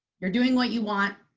you're doing what you want.